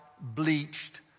bleached